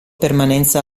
permanenza